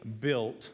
built